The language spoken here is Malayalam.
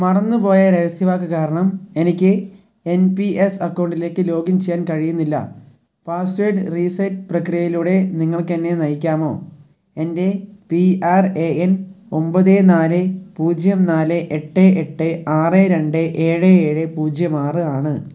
മറന്നുപോയ രഹസ്യവാക്ക് കാരണം എനിക്ക് എൻ പി എസ് അക്കൗണ്ടിലേക്ക് ലോഗിൻ ചെയ്യാൻ കഴിയുന്നില്ല പാസ്വേഡ് റീസെറ്റ് പ്രക്രിയയിലൂടെ നിങ്ങൾക്ക് എന്നേ നയിക്കാമോ എൻ്റെ പി ആർ എ എൻ ഒമ്പത് നാല് പൂജ്യം നാല് എട്ട് എട്ട് ആറ് രണ്ട് ഏഴ് ഏഴ് പൂജ്യം ആറ് ആണ്